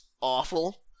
awful